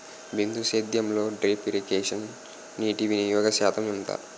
బిందు సేద్యంలో drip irrigation నీటివినియోగ శాతం ఎంత?